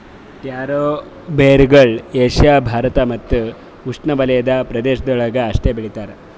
taro ಬೇರುಗೊಳ್ Asia Bharat ಮತ್ತ್ ಉಷ್ಣೆವಲಯದ ಪ್ರದೇಶಗೊಳ್ದಾಗ್ ಅಷ್ಟೆ ಬೆಳಿತಾರ್